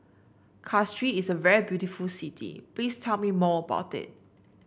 Castries is a very beautiful city please tell me more about it